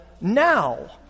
now